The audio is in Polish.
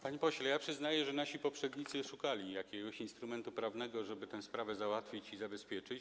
Panie pośle, ja przyznaję, że nasi poprzednicy szukali jakiegoś instrumentu prawnego, żeby tę sprawę załatwić i zabezpieczyć.